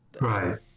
right